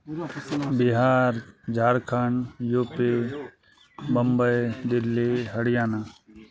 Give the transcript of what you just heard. बिना सूचना Bihar Jharkhand U P Bambai Delhi Haryana